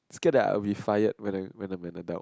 scared that I will be fired when the when the